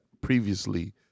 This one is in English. previously